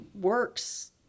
works